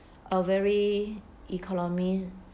a very economy